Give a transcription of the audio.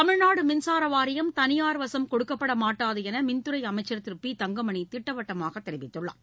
தமிழ்நாடுமின்சாரவாரியம் தனியார் வசம் கொடுக்கப்படமாட்டாதுஎன்று மின்துறைஅமைச்சர் திருபி தங்கமணிதிட்டவட்டமாகதெரிவித்துள்ளார்